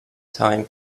time